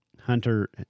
Hunter